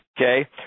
okay